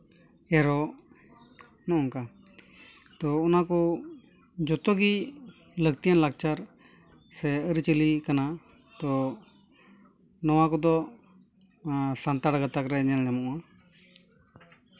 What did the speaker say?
ᱮᱨᱚᱜ ᱱᱚᱝᱠᱟ ᱛᱚ ᱚᱱᱟ ᱠᱚ ᱡᱚᱛᱚ ᱜᱤ ᱞᱟᱹᱠᱛᱤᱭᱟᱱ ᱞᱟᱠᱪᱟᱨ ᱥᱮ ᱟᱹᱨᱤᱼᱪᱟᱹᱞᱤ ᱠᱟᱱᱟ ᱛᱚ ᱱᱚᱣᱟ ᱠᱚᱫᱚ ᱥᱟᱱᱛᱟᱲ ᱜᱟᱛᱟᱠ ᱨᱮ ᱧᱮᱞᱧᱟᱢᱚᱜᱼᱟ